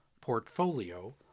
portfolio